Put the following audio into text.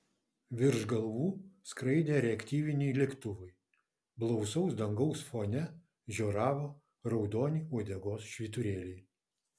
virš galvų skraidė reaktyviniai lėktuvai blausaus dangaus fone žioravo raudoni uodegos švyturėliai